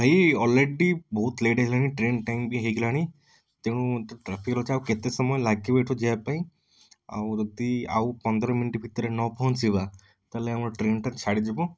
ଭାଇ ଅଲରେଡ଼ି ବହୁତ ଲେଟ୍ ହେଇଗଲାଣି ଟ୍ରେନ ଟାଇମ୍ ବି ହେଇଗଲାଣି ତେଣୁ ଟ୍ରାଫିକରେ ତ ଆଉ କେତେ ସମୟ ଲାଗିବ ଏଇଠୁ ଯିବା ପାଇଁ ଆଉ ଯଦି ଆଉ ପନ୍ଦର ମିନିଟ୍ ଭିତରେ ନ ପହଞ୍ଚିବା ତା'ହେଲେ ଆମ ଟ୍ରେନଟା ଛାଡ଼ିଯିବ